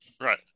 Right